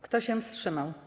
Kto się wstrzymał?